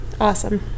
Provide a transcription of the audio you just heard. Awesome